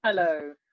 Hello